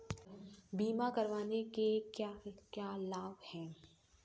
बीमा करवाने के क्या क्या लाभ हैं?